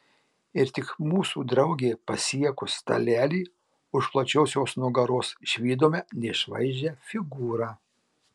ir tik mūsų draugei pasiekus stalelį už plačios jos nugaros išvydome neišvaizdžią figūrą